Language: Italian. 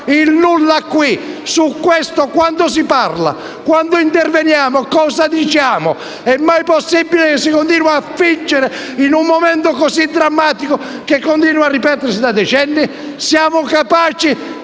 il nulla qui. Di questo quando si parla? Quando interveniamo? Cosa diciamo? È mai possibile che si continui a fingere in un momento così drammatico, che peraltro continua a ripetersi da decenni? Siamo capaci